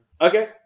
Okay